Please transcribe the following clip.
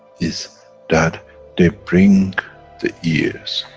is that they bring the ears,